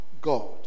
God